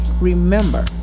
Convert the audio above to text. remember